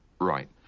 Right